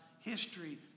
history